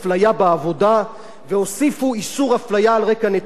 והוסיפו איסור הפליה על רקע נטייה מינית בעבודה.